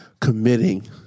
Committing